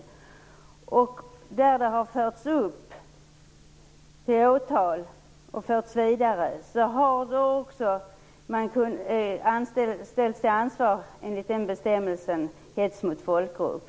I de fall en händelse har förts upp till åtal och förts vidare har man kunnat ställas till ansvar enligt bestämmelsen om hets mot folkgrupp.